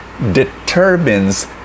determines